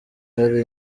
hari